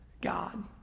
God